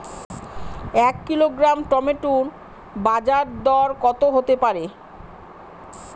এক kilogram tomato বাজের দরকত হতে পারে?